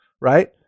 right